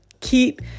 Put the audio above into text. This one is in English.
keep